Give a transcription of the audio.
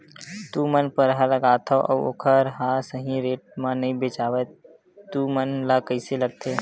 तू मन परहा लगाथव अउ ओखर हा सही रेट मा नई बेचवाए तू मन ला कइसे लगथे?